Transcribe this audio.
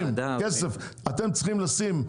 אתם צריכים לשים,